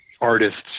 artists